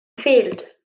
fehlt